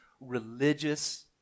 religious